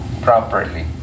properly